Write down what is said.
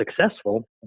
successful